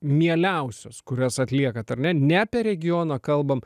mieliausios kurias atliekat ar ne ne apie regioną kalbam